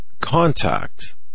Contact